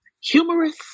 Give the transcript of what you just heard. humorous